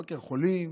מבקר חולים,